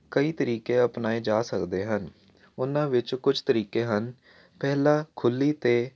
ਕਈ ਤਰੀਕੇ ਅਪਣਾਏ ਜਾ ਸਕਦੇ ਹਨ ਉਹਨਾਂ ਵਿੱਚ ਕੁਝ ਤਰੀਕੇ ਹਨ ਪਹਿਲਾ ਖੁੱਲ੍ਹੀ ਅਤੇ